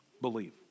believe